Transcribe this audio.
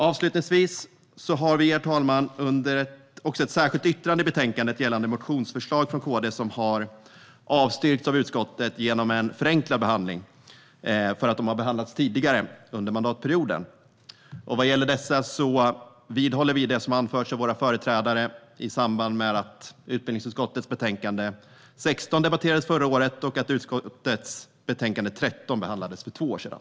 Avslutningsvis, herr talman, har vi ett särskilt yttrande i betänkandet gällande motionsförslag från KD som har avstyrkts av utskottet genom en förenklad behandling, då de har behandlats tidigare under mandatperioden. Vad gäller dessa vidhåller vi det som har anförts av våra företrädare i samband med att utbildningsutskottets betänkande 16 debatterades förra året och betänkande 13 behandlades för två år sedan.